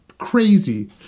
crazy